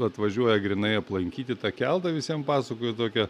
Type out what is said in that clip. atvažiuoja grynai aplankyti tą keltą visiem pasakoju tokią